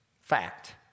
Fact